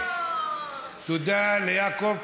תודה ליעקב.